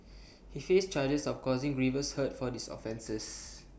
he faced charges of causing grievous hurt for these offences